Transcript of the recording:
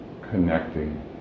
connecting